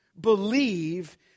believe